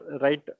right